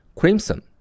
,crimson